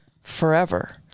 forever